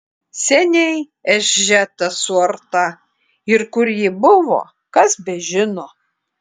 seniai ežia ta suarta ir kur ji buvo kas bežino